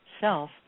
self